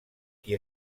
qui